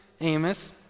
Amos